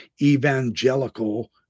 evangelical